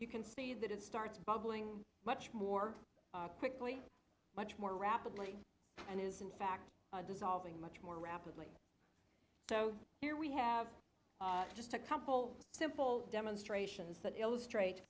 you can see that it starts bubbling much more quickly much more rapidly and is in fact dissolving much more rapidly so here we have just a couple simple demonstrations that illustrate